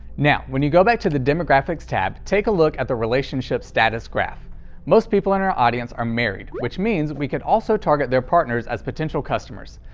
now, when you go back to the demographics tab, take a look at the relationship status graph most people in our audience are married, which means we could also target their partners as potential customers.